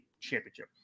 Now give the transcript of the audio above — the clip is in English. championship